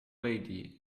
lady